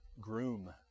groom